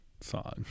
song